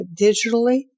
digitally